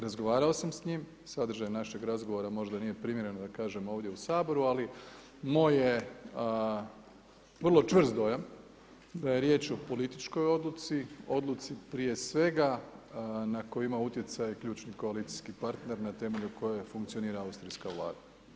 Razgovarao sam s njim, sadržaj našeg razgovora možda nije primjereno da kažem ovdje u Saboru ali moj je vrlo čvrst dojam da je riječ o političkoj odluci, odluci prije svega na koju ima utjecaj ključni koalicijskih partner na temelju koje funkcionira austrijska Vlada.